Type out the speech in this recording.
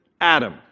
Adam